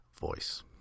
voice